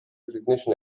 recognition